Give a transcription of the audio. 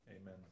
Amen